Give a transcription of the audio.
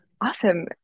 Awesome